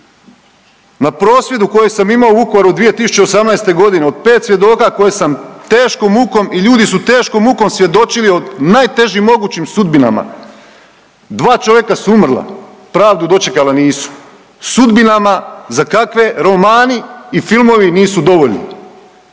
Na prosvjedu koje sam imao u Vukovaru 2018. godine od 5 svjedoka koje sam teškom mukom i ljudi su teškom mukom svjedočili o najtežim mogućim sudbinama. Dva čovjeka su umrla, pravdu dočekala nisu, sudbinama za kakve romani i filmovi nisu dovoljni.